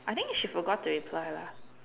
I think she forgot to reply lah